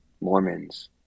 Mormons